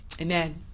Amen